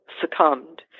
succumbed